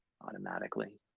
automatically